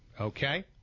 okay